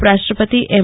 ઉપરાષ્ટ્રપતિ એમ